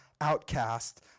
outcast